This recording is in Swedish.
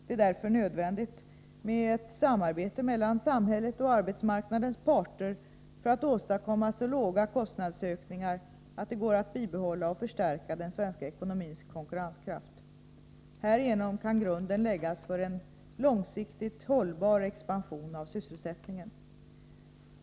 Det är därför nödvändigt med ett samarbete mellan samhället och arbetsmarknadens parter för att åstadkomma så låga kostnadsökningar att det går att bibehålla och förstärka den svenska ekonomins konkurrenskraft. Härigenom kan grunden läggas för en långsiktigt hållbar expansion av sysselsättningen.